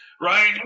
right